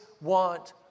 want